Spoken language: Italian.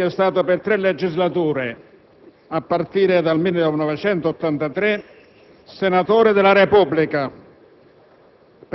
Egli è stato per tre legislature, a partire dal 1983, senatore della Repubblica